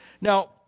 Now